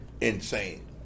insane